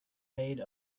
made